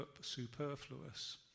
superfluous